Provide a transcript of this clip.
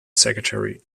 secretary